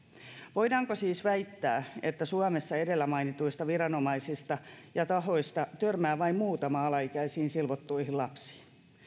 voidaanko siis väittää että suomessa edellä mainituista viranomaisista ja tahoista vain muutama törmää alaikäisiin silvottuihin lapsiin